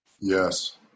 Yes